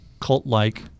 cult-like